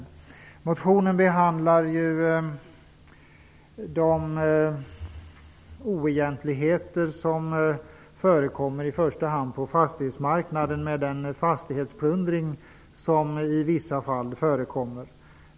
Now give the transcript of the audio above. I motionen behandlas de oegentligheter som förekommer i första hand på fastighetsmarknaden, med den fastighetsplundring som i vissa fall förekommer.